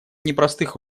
непростых